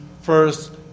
first